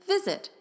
Visit